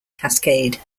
cascade